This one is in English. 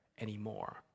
anymore